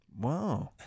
Wow